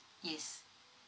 yes